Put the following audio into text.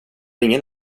ingen